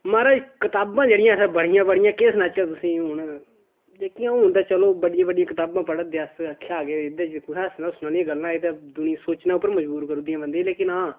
महाराज कताबां जेह्ड़ियां असें बड़ियां पढ़ियां केह् सनाचै तुसेंगी हून जेह्कियां हून ते चलो बड्डियां बड्डियां कताबां पढ़ै दे अस आखेआ केह् एह्दे च कुसै सुनी सनाई दियां गल्लां एह् ते दुनिया सोचने उप्पर मजबूर करी ओड़दियां बंदे गी लेकिन हां